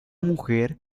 mujer